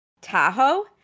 Tahoe